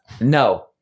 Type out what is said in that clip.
No